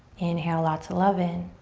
inhale lots of love in.